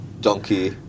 donkey